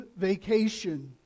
vacation